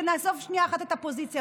נעזוב שנייה אחת את הפוזיציה,